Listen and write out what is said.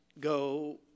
go